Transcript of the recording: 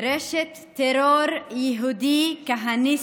רשת טרור יהודי כהניסטית,